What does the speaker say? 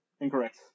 Incorrect